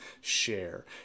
share